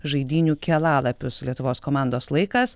žaidynių kelialapius lietuvos komandos laikas